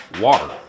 water